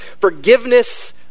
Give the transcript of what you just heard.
forgiveness